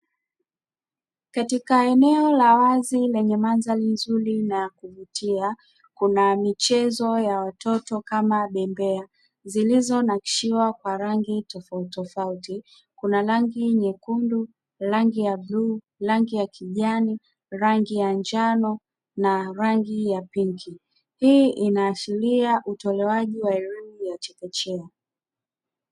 Katika eneo la wazi lenye mandhari nzuri na kuvutia kuna michezo ya watoto kama bembea zilizonakishiwa kwa rangi tofauti tofauti kuna rangi nyekundu, rangi ya bluu, rangi ya kijani, rangi ya njano na rangi ya pinki hii inaashiria utolewaji wa elimu ya chekechea.